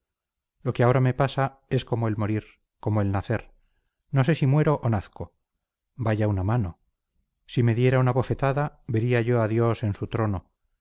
lo que ahora me pasa es como el morir como el nacer no sé si muero o nazco vaya una mano si me diera una bofetada vería yo a dios en su trono